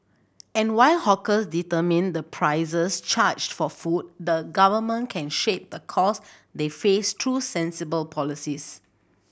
and while hawkers determine the prices charged for food the Government can shape the cost they face through sensible policies